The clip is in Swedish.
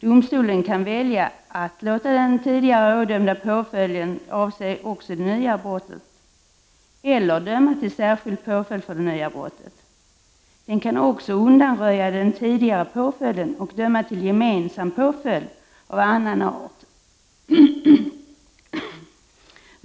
Domstolen kan välja att låta den tidigare ådömda påföljden avse också det nya brottet eller döma till särskild påföljd för det nya brottet. Den kan också undanröja den tidigare påföljden och döma till gemensam påföljd av annan art.